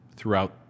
throughout